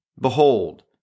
Behold